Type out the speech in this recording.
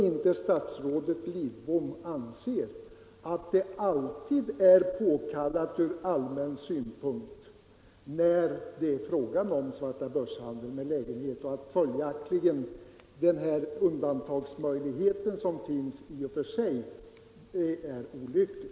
Anser statsrådet Lidbom inte att detta alltid är påkallat ur allmän synpunkt vid svartabörshandel med lägenhet och att följaktligen den undantagsmöjlighet som finns är olycklig?